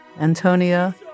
Antonia